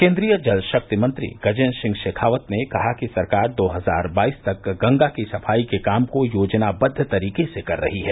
केन्द्रीय जल शक्ति मंत्री गजेन्द्र सिंह शेखावत ने कहा कि सरकार दो हजार बाईस तक गंगा की सफाई के काम को योजनाबद्व तरीके से कर रही है